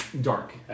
dark